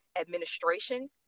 administration